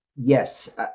Yes